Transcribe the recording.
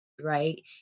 right